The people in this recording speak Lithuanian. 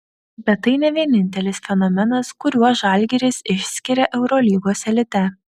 bet tai ne vienintelis fenomenas kuriuo žalgiris išskiria eurolygos elite